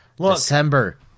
December